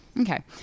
Okay